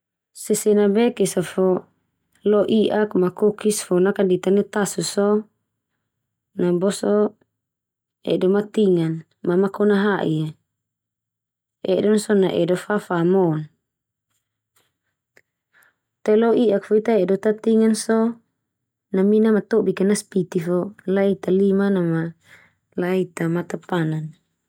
Sesena bek esa fo lo i'ak ma kokis fo nakadita nai tasu so na boso edo matingan ma makona ha'i a. Edon so na edo fa fa mon te, lo i'ak fo ita edo tatingan so na mina matobik a naspiti fo lae ita liman na ma lae ita matapanan.